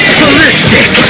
ballistic